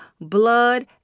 blood